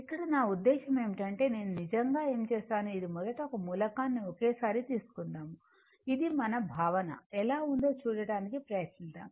ఇక్కడ నా ఉద్దేశ్యం ఏమిటంటే నేను నిజంగా ఏమి చేసాను ఇది మొదట ఒక మూలకాన్ని ఒకేసారి తీసుకుందాం ఇది మన భావన ఎలా ఉందో చూడటానికి ప్రయత్నిద్దాం